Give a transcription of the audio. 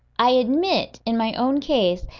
i admit, in my own case,